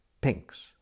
pinks